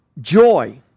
joy